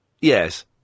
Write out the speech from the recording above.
Yes